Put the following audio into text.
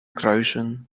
kruisen